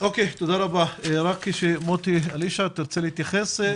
אוקיי תודה רבה, מוטי אלישע, תרצה להתייחס?